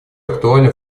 актуально